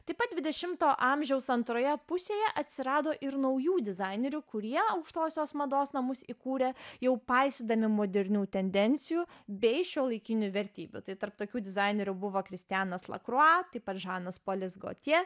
taip pat dvidešimto amžiaus antroje pusėje atsirado ir naujų dizainerių kurie aukštosios mados namus įkūrė jau paisydami modernių tendencijų bei šiuolaikinių vertybių tai tarp tokių dizainerių buvo kristianas lakrua taip pat žanas polis gotje